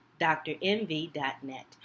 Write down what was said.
Drmv.net